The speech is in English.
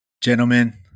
Gentlemen